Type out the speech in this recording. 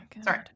Sorry